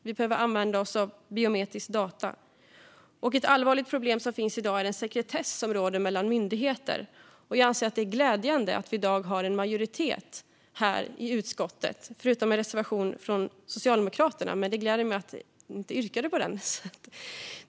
Vi behöver använda oss av biometriska data. Ett allvarligt problem som finns i dag är den sekretess som råder mellan myndigheter. Jag anser att det är glädjande att vi i dag har en majoritet i utskottet när det gäller detta. Det finns en reservation från Socialdemokraterna, men det gläder mig att de inte har yrkat på den.